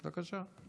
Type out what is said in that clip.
בבקשה.